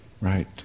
right